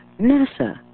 NASA